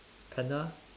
panda